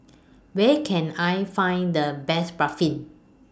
Where Can I Find The Best Barfi